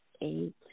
eight